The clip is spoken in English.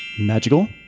Magical